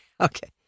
okay